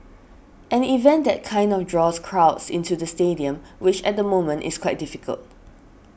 an event that kind draws crowds into the stadium which at the moment is quite difficult